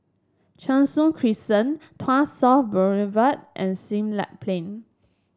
Cheng Soon Crescent Tuas South Boulevard and Siglap Plain